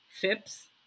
FIPS